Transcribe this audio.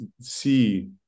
see